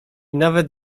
nawet